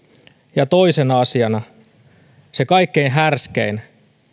ja toisena asiana se kaikkein härskein